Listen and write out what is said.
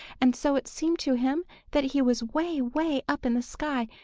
and so it seemed to him that he was way, way up in the sky,